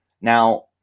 now